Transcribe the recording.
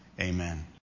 Amen